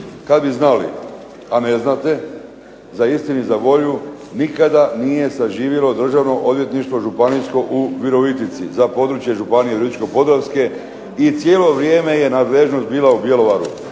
Kad bi znali, a ne znate, za istini za volju nikada nije saživilo državno odvjetništvo županijsko u Virovitici, za područje Županije virovitičko-podravske, i cijelo vrijeme je nadležnost bila u Bjelovaru.